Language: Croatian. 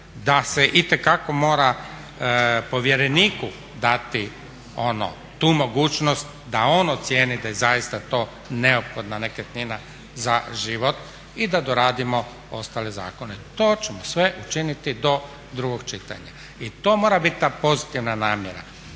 Da se itekako mora povjereniku dati ono, tu mogućnost da on ocijeni da je zaista to neophodna nekretnina za život i da doradimo ostale zakone. To ćemo sve učiniti do drugog čitanja. I to mora biti ta pozitivna namjera.